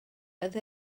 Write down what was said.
oedd